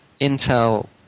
Intel